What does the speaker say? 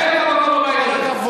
אין לך מקום בבית הזה.